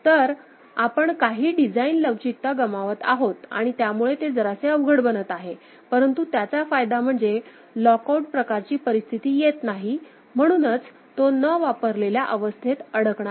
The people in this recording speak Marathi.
तर आपण काही डिझाइन लवचिकता गमावत आहोत आणि त्यामुळे ते जरासे अवघड बनत आहे परंतु त्याचा फायदा म्हणजे लॉक आउट प्रकारची परिस्थिती येत नाही म्हणूनच तो न वापरलेल्या अवस्थेत अडकणार नाही